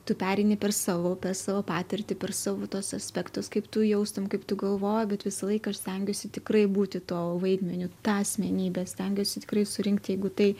tu pereini per savo upes savo patirtį per savo tuos aspektus kaip tu jaustum kaip tu galvoji bet visą laiką stengiuosi tikrai būti tuo vaidmeniu tą asmenybę stengiuosi tikrai surinkt jeigu tai